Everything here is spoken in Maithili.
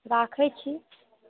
राखै छी